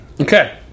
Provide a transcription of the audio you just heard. Okay